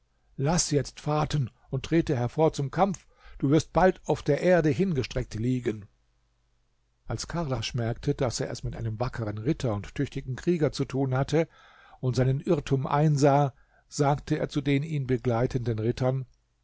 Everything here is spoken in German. laß jetzt faten und trete hervor zum kampf du wirst bald auf der erde hingestreckt liegen als kardasch merkte daß er es mit einem wackeren ritter und tüchtigen krieger zu tun hatte und seinen irrtum einsah sagte er zu den ihn begleitenden rittern